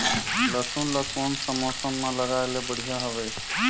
लसुन ला कोन सा मौसम मां लगाय ले बढ़िया हवे?